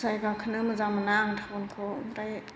जायगाखौनो मोजां मोना आं टाउनखौ ओमफ्राय